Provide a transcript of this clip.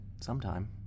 sometime